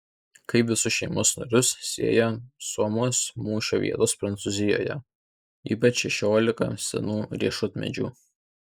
kaip visus šeimos narius sieja somos mūšio vietos prancūzijoje ypač šešiolika senų riešutmedžių